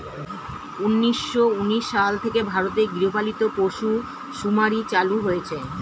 উন্নিশো উনিশ সাল থেকে ভারতে গৃহপালিত পশু শুমারি চালু হয়েছে